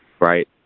right